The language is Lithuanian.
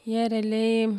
jie realiai